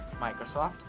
Microsoft